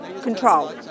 control